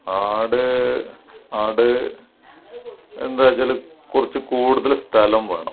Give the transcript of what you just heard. ആട് ആട് എന്താച്ചാൽ കുറച്ച് കൂടുതൽ സ്ഥലം വേണം